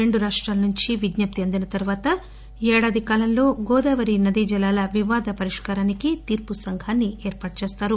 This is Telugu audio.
రెండు రాష్టాల నుంచి విజ్ఞప్తి అందిన తర్వాత ఏడాది కాలంలో గోదావరి నదీ జలాల వివాద పరిష్కారానికి ఒక తీర్పు సంఘాన్ని ఏర్పాటు చేస్తారు